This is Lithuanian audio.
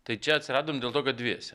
tai čia atsiradom dėl to kad dviese